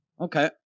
Okay